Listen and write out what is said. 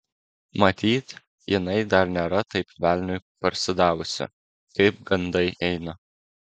matyt jinai dar nėra taip velniui parsidavusi kaip gandai eina